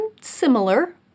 similar